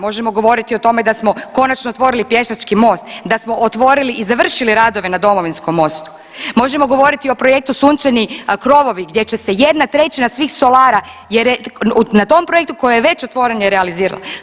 Možemo govoriti o tome da smo konačno otvorili pješački most, da smo otvorili i završili radove na Domovinskom mostu, možemo govoriti o projektu Sunčani krovovi gdje će se 1/3 svih solara jer, na tom projektu koji je već otvoren je realiziran.